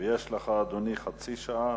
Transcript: יש לך, אדוני, חצי שעה.